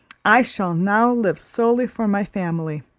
i shall now live solely for my family.